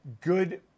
Good